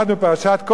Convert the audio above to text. בשבוע שעבר,